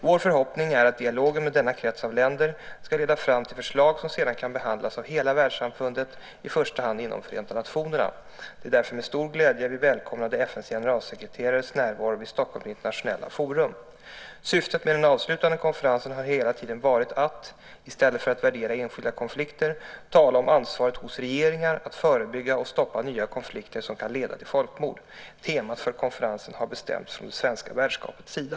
Vår förhoppning är att dialogen med denna krets av länder ska leda fram till förslag som sedan kan behandlas av hela världssamfundet, i första hand inom Förenta nationerna. Det är därför med stor glädje vi välkomnade FN:s generalsekreterares närvaro vid Stockholms Internationella Forum. Syftet med den avslutade konferensen har hela tiden varit att - i stället för att värdera enskilda konflikter - tala om ansvaret hos regeringar att förebygga och stoppa nya konflikter som kan leda till folkmord. Temat för konferensen har bestämts från det svenska värdskapets sida.